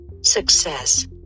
Success